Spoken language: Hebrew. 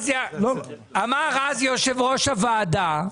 אמר אז יושב ראש הוועדה,